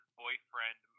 boyfriend